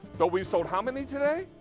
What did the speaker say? but we sold how many today?